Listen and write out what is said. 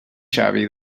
xavi